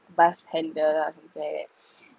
bus handle lah something like that